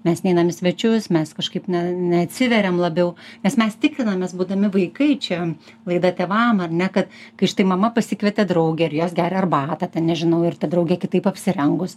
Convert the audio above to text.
mes neinam į svečius mes kažkaip ne neatsiveriam labiau nes mes tikrinamės būdami vaikai čia laida tėvam ar ne kad kai štai mama pasikvietė draugę ir jos geria arbatą ten nežinau ir ta draugė kitaip apsirengus